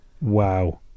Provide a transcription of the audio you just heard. Wow